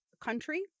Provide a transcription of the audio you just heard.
country